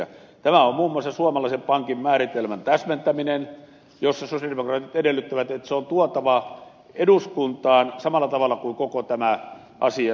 tällainen on muun muassa suomalaisen pankin määritelmän täsmentäminen ja sosialidemokraatit edellyttävät että se on tuotava eduskuntaan samalla tavalla kuin koko tämä asia